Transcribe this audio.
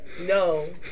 No